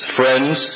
friends